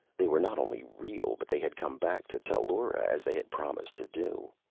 they were not only real, but they had come back to tellura as they had promised to do.